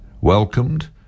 welcomed